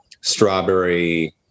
strawberry